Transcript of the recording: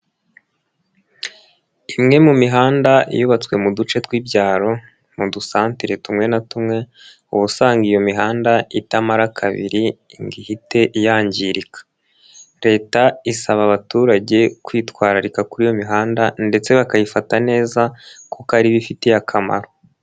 Imwe mu mihanda yubatswe mu duce tw'ibyaro, mu dusantere tumwe na tumwe, uba usanga iyo mihanda itamara kabiri ngo ihite yangirika. Leta isaba abaturage kwitwararika kuri iyo mihanda, ndetse bakayifata neza kuko ari bo ifitiye akamaro.